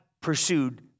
pursued